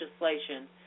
legislation